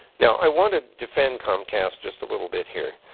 now, i want to defend comcast just a little bit here.